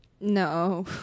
no